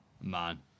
Man